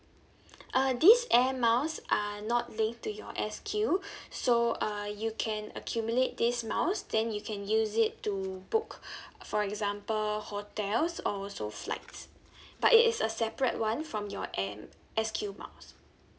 uh this air miles are not linked to your S_Q so uh you can accumulate this miles then you can use it to book for example hotels or also flights but it is a separate one from your air S_Q miles